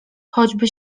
choćby